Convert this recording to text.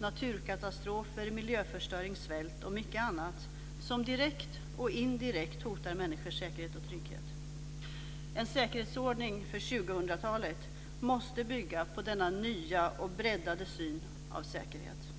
naturkatastrofer, miljöförstöring, svält och mycket annat som direkt och indirekt hotar människors säkerhet och trygghet. En säkerhetsordning för 2000-talet måste bygga på denna nya och breddade syn på säkerheten.